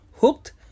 hooked